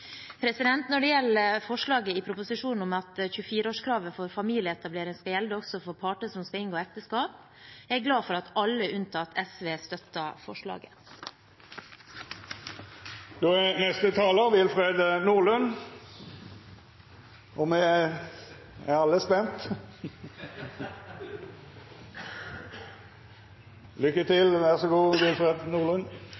Når det gjelder forslaget i proposisjonen om at 24-årskravet for familieetablering skal gjelde også for parter som skal inngå ekteskap, er jeg glad for at alle unntatt SV støtter forslaget. Då er neste talar Willfred Nordlund, og me er alle spente! Lykke